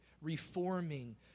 reforming